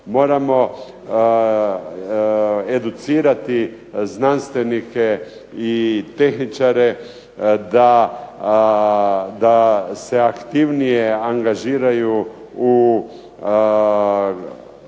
Moramo educirati znanstvenike i tehničare da se aktivnije angažiraju u zaštiti